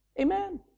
Amen